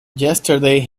yesterday